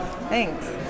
Thanks